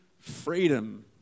freedom